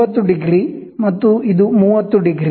ಇದು 90 ಡಿಗ್ರಿ ಮತ್ತು ಇದು 30 ಡಿಗ್ರಿ